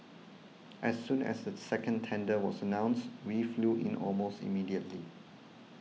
as soon as the second tender was announced we flew in almost immediately